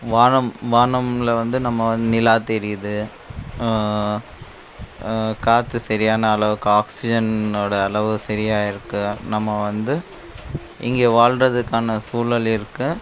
வானம் வானம்ல வந்து நம்ம நிலா தெரியுது காற்று சரியான அளவுக்கு ஆக்சிஜனோட அளவு சரியாக இருக்கு நம்ம வந்து இங்கே வாழ்கிறதுக்கான சூழல் இருக்கு